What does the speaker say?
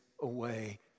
away